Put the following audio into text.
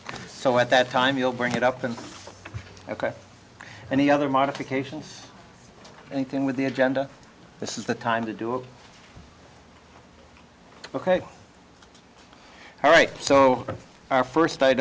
so at that time you'll bring it up in ok any other modifications anything with the agenda this is the time to do it ok all right so our first